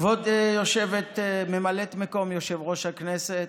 כבוד ממלאת מקום יושב-ראש הכנסת,